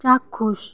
চাক্ষুষ